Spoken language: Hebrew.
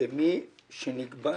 לגבי מי נקבע